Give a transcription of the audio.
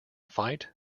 fight